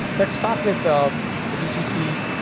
let's start with a vpc